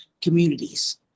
communities